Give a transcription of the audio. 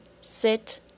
sit